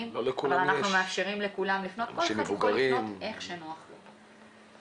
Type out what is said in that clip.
ואנחנו מאפשרים לכולם לפנות וכל אחד יכול לפנות איך שנוח לו.